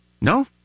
No